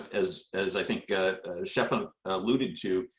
as as i think shefa alluded to,